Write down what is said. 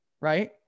right